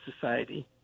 society